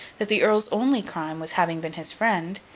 that the earl's only crime was having been his friend,